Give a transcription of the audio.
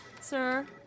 sir